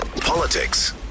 politics